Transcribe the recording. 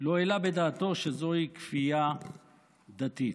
לא העלה בדעתו שזוהי כפייה דתית.